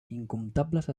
incomptables